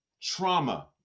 trauma